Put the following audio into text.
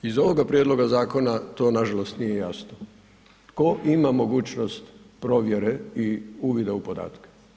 Iz ovoga prijedloga zakona to nažalost nije jasno, tko ima mogućnost provjere i uvide u podatke.